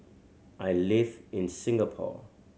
I live in Singapore